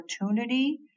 opportunity